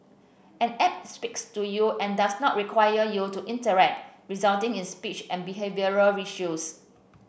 an app speaks to you and does not require you to interact resulting in speech and behavioural issues